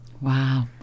Wow